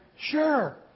Sure